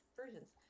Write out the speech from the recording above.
versions